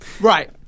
right